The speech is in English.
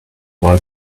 while